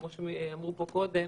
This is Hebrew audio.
כמו שאמרו פה קודם.